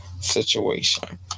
situation